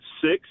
six